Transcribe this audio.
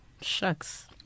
Shucks